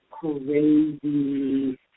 crazy